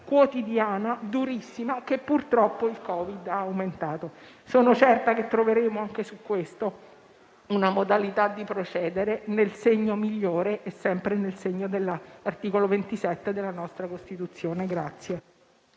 quotidiana durissima, che purtroppo il Covid-19 ha aumentato. Sono certa che troveremo, anche su questo, una modalità di procedere nel segno migliore e sempre nel segno dell'articolo 27 della nostra Costituzione.